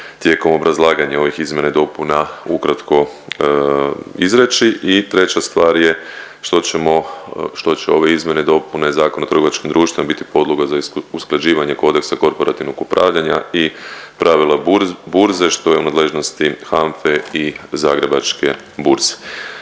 tijekom obrazlaganja ovih izmjena i dopuna ukratko izreći. I treća stvar je što ćemo, što će ove izmjene i dopune Zakona o trgovačkim društvima biti podloga za usklađivanje kodeksa korporativnog upravljanja i pravila burze što je u nadležnosti HANFE i Zagrebačke burze.